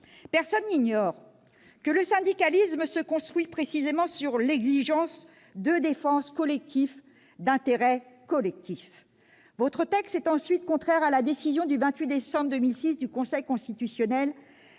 Personne n'ignore que le syndicalisme se construit précisément sur l'exigence de la défense collective d'intérêts collectifs. Votre texte est, ensuite, contraire à la décision du 28 décembre 2006 du Conseil constitutionnel,